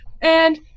and-